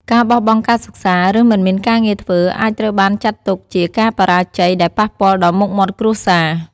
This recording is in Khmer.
ការបោះបង់ការសិក្សា ឬមិនមានការងារធ្វើ អាចត្រូវបានចាត់ទុកជាការបរាជ័យដែលប៉ះពាល់ដល់មុខមាត់គ្រួសារ។